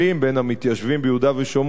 בין המתיישבים ביהודה ושומרון,